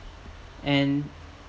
and